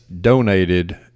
donated